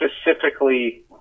specifically